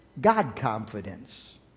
God-confidence